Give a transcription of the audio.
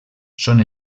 són